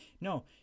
No